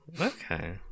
Okay